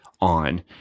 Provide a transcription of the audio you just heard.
on